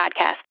podcast